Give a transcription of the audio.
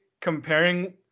comparing